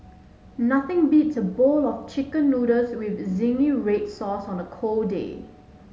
nothing beats a bowl of chicken noodles with zingy red sauce on a cold day